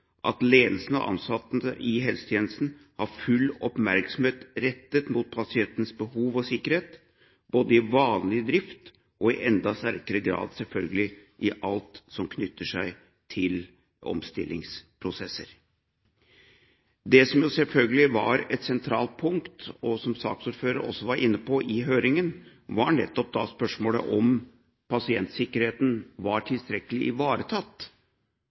at ledelsen og ansatte i helsetjenesten har full oppmerksomhet rettet mot pasientens behov og sikkerhet – både i vanlig drift og selvfølgelig i enda sterkere grad i alt som knytter seg til omstillingsprosesser. Et sentralt punkt, som saksordføreren også var inne på i høringen, var nettopp spørsmålet om pasientsikkerheten var tilstrekkelig ivaretatt